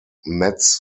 metz